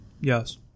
Yes